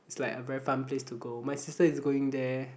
it's like a very fun place to go my sister is going there